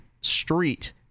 Street